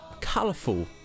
colourful